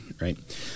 right